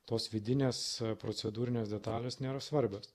tos vidinės procedūrinės detalės nėra svarbios